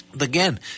Again